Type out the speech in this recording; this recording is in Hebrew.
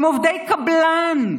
הם עובדי קבלן,